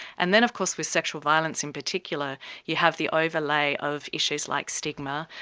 and then of course with sexual violence in particular you have the overlay of issues like stigma,